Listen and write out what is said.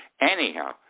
Anyhow